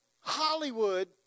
Hollywood